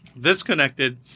disconnected